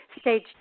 Stage